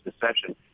deception